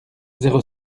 zéro